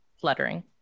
fluttering